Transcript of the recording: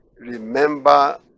remember